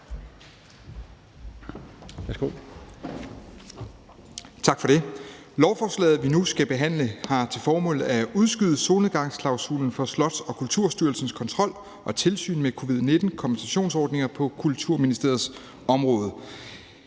Tak for det. Lovforslaget, vi nu skal behandle, har til formål at udskyde solnedgangsklausulen for Slots- og Kulturstyrelsens kontrol og tilsyn med covid-19-kompensationsordninger på Kulturministeriets område.